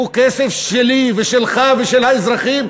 הוא כסף שלי ושלך ושל האזרחים,